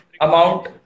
amount